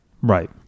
Right